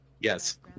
Yes